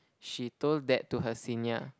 she told that to her senior